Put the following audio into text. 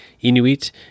Inuit